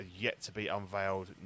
yet-to-be-unveiled